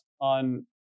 on